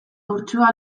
urtsua